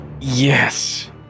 Yes